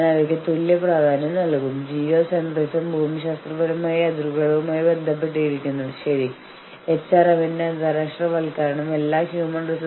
അതിനാൽ ഞങ്ങൾ ജോലി ചെയ്യുന്ന ഫാക്ടറിക്ക് സമീപം എവിടെയെങ്കിലും താമസയോഗ്യമായ വീടുകൾ ഞങ്ങൾക്ക് നൽകേണ്ടത് നിങ്ങളുടെ ജോലിയാണ്